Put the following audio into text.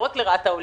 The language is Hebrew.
לא רק לרעת העולים,